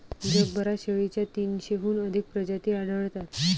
जगभरात शेळीच्या तीनशेहून अधिक प्रजाती आढळतात